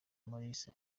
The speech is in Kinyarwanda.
mulisa